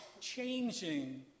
changing